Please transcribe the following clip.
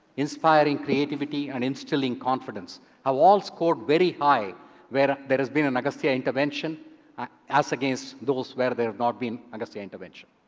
inspiring creativity and instilling confidence have all scored very high where there has been an agastya intervention as against those where there have not been agastya intervention.